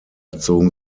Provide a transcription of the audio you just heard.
zogen